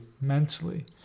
mentally